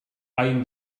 eyeing